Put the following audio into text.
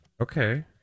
Okay